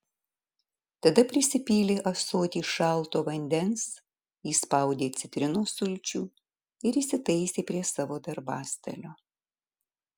tada prisipylė ąsotį šalto vandens įspaudė citrinos sulčių ir įsitaisė prie savo darbastalio